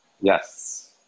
Yes